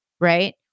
right